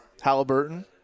Halliburton